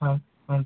ಹಾಂ ಹಾಂ ಸರ್